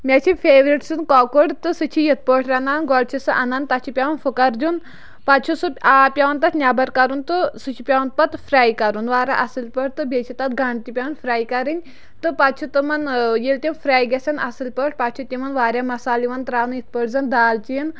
مےٚ چھِ فیورِٹ سُن کۄکُر تہٕ سُہ چھِ یِتھ پٲٹھۍ رَنان گۄڈٕ چھِ سُہ اَنان تَتھ چھُ پٮ۪وان فُکَر دیُن پَتہٕ چھُ سُہ آب پٮ۪وَان تَتھ نٮ۪بَر کَرُن تہٕ سُہ چھُ پٮ۪وَان پَتہٕ فراے کَرُن وارہ اَصٕل پٲٹھۍ تہٕ بیٚیہِ چھِ تَتھ گَنٛڈٕ تہِ پٮ۪وان فراے کَرٕنۍ تہٕ پَتہٕ چھِ تِمَن ییٚلہِ تِم فراے گژھٮ۪ن اَصٕل پٲٹھۍ پَتہٕ چھِ تِمَن واریاہ مَسالہٕ یِوان ترٛاونہٕ یِتھ پٲٹھۍ زَن دالچیٖن